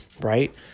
right